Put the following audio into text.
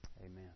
amen